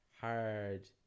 hard